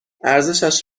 ارزشش